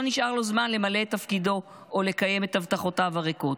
נשאר לו זמן למלא את תפקידו או למלא את הבטחותיו הריקות.